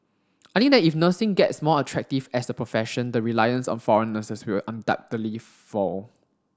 I that if nursing gets more attractive as a profession the reliance on foreign nurses will undoubtedly fall